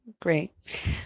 great